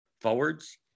forwards